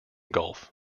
gulf